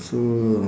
so